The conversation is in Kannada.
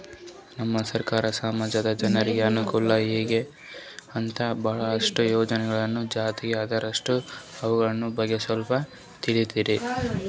ನಮ್ಮ ಸರ್ಕಾರ ಸಮಾಜದ ಜನರಿಗೆ ಅನುಕೂಲ ಆಗ್ಲಿ ಅಂತ ಬಹಳಷ್ಟು ಯೋಜನೆಗಳನ್ನು ಜಾರಿಗೆ ತಂದರಂತಲ್ಲ ಅವುಗಳ ಬಗ್ಗೆ ಸ್ವಲ್ಪ ಹೇಳಿತೀರಾ?